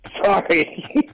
Sorry